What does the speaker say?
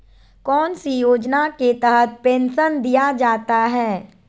कौन सी योजना के तहत पेंसन दिया जाता है?